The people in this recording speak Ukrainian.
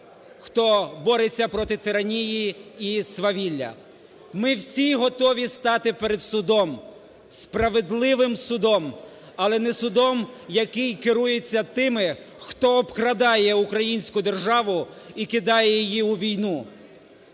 хто бореться проти тиранії і свавілля. Ми всі готові стати перед судом, справедливим судом. Але не судом, який керується тими, хто обкрадає українську державу і кидає її у війну.